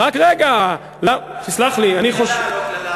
רק רגע, תסלח לי, אני חושב, קללה, לא קללה.